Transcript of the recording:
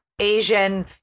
Asian